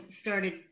started